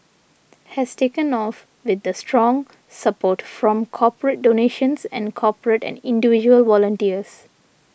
has taken off with the strong support from corporate donations and corporate and individual volunteers